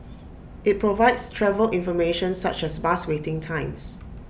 IT provides travel information such as bus waiting times